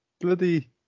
bloody